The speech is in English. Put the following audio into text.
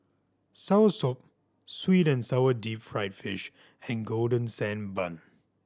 soursop sweet and sour deep fried fish and Golden Sand Bun